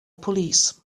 police